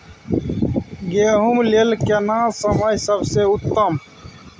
गेहूँ लेल केना समय सबसे उत्तम?